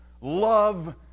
love